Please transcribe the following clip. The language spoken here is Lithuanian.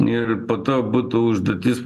ir po to būtų užduotis